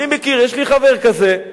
אני מכיר, יש לי חבר כזה,